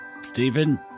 Stephen